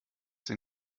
sie